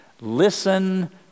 Listen